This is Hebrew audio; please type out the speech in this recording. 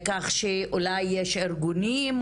כך שאולי יש ארגונים,